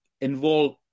involve